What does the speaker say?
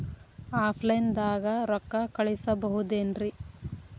Offline ದಾಗ ರೊಕ್ಕ ಕಳಸಬಹುದೇನ್ರಿ?